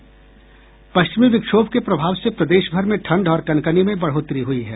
पश्चिमी विक्षोभ के प्रभाव से प्रदेश भर में ठंड और कनकनी में बढ़ोतरी हुई है